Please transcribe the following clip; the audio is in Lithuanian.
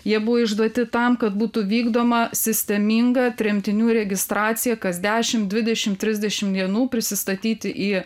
jie buvo išduoti tam kad būtų vykdoma sisteminga tremtinių registracija kas dešim dvidešim trisdešim dienų prisistatyti į